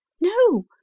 No